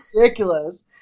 ridiculous